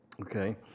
Okay